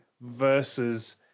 versus